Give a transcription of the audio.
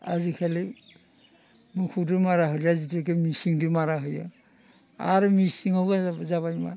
आजिखालि मोसौजों मारा होलिया जिथुखे मेसिनजों मारा होयो आरो मेसिनआवबो जाबाय मा